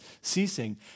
ceasing